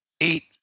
eight